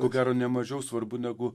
ko gero ne mažiau svarbu negu